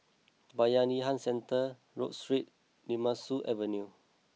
Bayanihan Centre Rodyk Street Nemesu Avenue